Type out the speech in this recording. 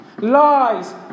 lies